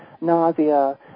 nausea